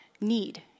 need